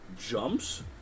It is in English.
jumps